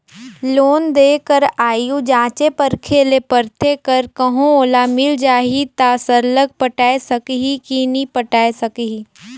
loan देय कर आघु जांचे परखे ले परथे कर कहों ओला मिल जाही ता सरलग पटाए सकही कि नी पटाए सकही